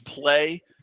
play